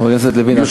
חבר הכנסת לוין,